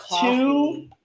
two